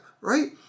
right